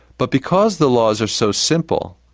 but because the laws are so simple,